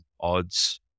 odds